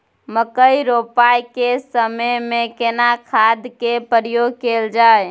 मकई रोपाई के समय में केना खाद के प्रयोग कैल जाय?